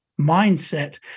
mindset